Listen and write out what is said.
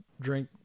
drink